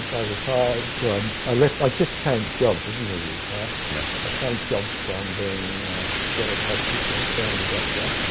i retired, well um i left, i just changed jobs i didn't really retire. yeah. i changed jobs from being general practitioner family doctor,